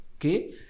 okay